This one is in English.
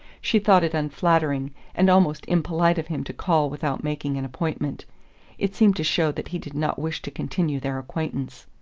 she thought it unflattering and almost impolite of him to call without making an appointment it seemed to show that he did not wish to continue their acquaintance.